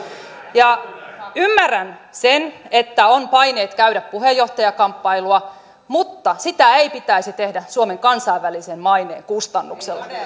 ymmärrän sen että on paineet käydä puheenjohtajakamppailua mutta sitä ei pitäisi tehdä suomen kansainvälisen maineen kustannuksella